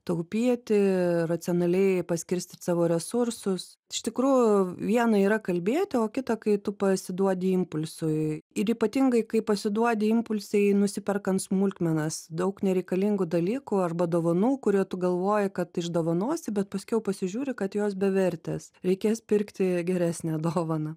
taupyti racionaliai paskirstyt savo resursus iš tikrųjų viena yra kalbėti o kita kai tu pasiduodi impulsui ir ypatingai kai pasiduodi impulsui nusiperkant smulkmenas daug nereikalingų dalykų arba dovanų kurie tu galvoji kad išdovanosi bet paskiau pasižiūri kad jos bevertės reikės pirkti geresnę dovaną